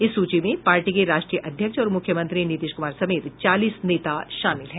इस सूची में पार्टी के राष्ट्रीय अध्यक्ष और मुख्यमंत्री नीतीश कुमार समेत चालीस नेता शामिल हैं